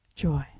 joy